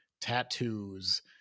tattoos